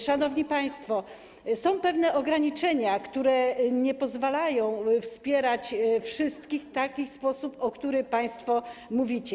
Szanowni państwo, są pewne ograniczenia, które nie pozwalają wspierać wszystkich w taki sposób, o którym państwo mówicie.